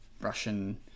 Russian